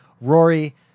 Rory